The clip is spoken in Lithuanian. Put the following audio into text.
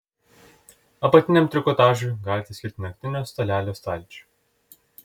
apatiniam trikotažui galite skirti naktinio stalelio stalčių